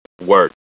Word